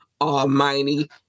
Almighty